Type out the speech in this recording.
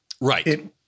Right